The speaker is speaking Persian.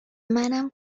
منم